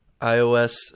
iOS